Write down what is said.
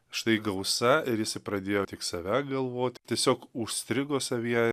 štai gausa ir jisai pradėjo tik save galvoti tiesiog užstrigo savyje